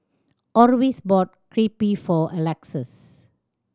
Orvis bought Crepe for Alexus